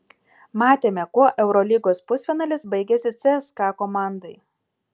matėme kuo eurolygos pusfinalis baigėsi cska komandai